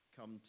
come